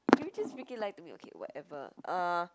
did you just freaking lie to me okay whatever uh